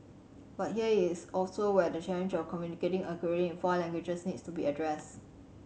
but here is also where the challenge of communicating accurately in four languages needs to be addressed